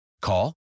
Call